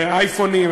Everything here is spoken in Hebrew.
באייפונים,